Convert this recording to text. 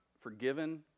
forgiven